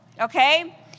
okay